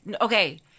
Okay